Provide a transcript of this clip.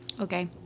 Okay